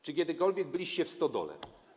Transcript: Czy kiedykolwiek byliście w stodole?